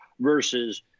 versus